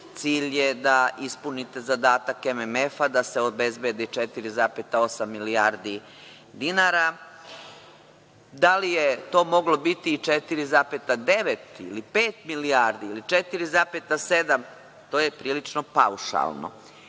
cilj je da ispunite zadatak MMF-a da se obezbedi 4,8 milijardi dinara. Da li je to moglo biti i 4,9 ili 5 milijardi, ili 4, to je prilično paušalno. Još